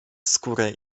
skórę